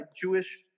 Jewish